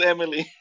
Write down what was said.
Emily